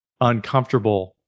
uncomfortable